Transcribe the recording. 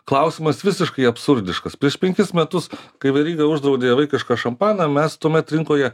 klausimas visiškai absurdiškas prieš penkis metus kai veryga uždraudė vaikišką šampaną mes tuomet rinkoje